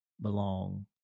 belong